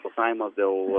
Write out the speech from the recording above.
balsavimas dėl